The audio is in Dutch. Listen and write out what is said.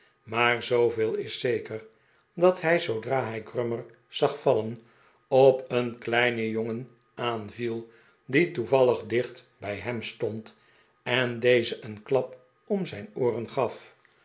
maar zooveel is zeker dat hij zoodra hij grummer zag v alien op een kleinen jongen aanviel die toevallig dicht bij hem stond en dezen een klap om zijn ooren gaf